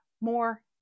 more